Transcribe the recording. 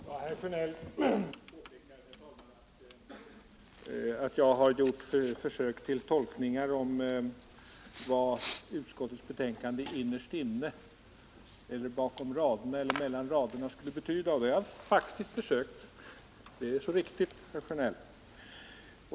Herr talman! Herr Sjönell påpekade att jag har gjort försök till tolkningar av vad utskottets betänkande innerst inne eller mellan raderna skulle betyda. Ja, det har jag faktiskt försökt göra; det är så riktigt, herr Sjönell!